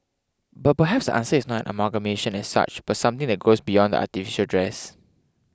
but perhaps the answer is not an amalgamation as such but something that goes beyond the artificial dress